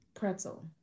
pretzel